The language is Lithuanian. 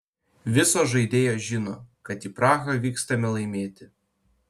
visos žaidėjos žino kad į prahą vykstame laimėti